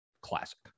Classic